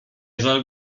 żal